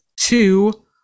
two